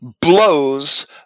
blows